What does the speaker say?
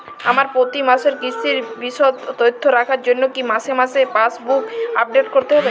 আমার প্রতি মাসের কিস্তির বিশদ তথ্য রাখার জন্য কি মাসে মাসে পাসবুক আপডেট করতে হবে?